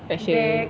fashion